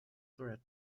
threat